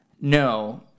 No